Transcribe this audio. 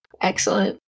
Excellent